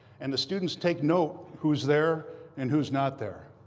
and the students take note who's there and who's not there.